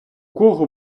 кого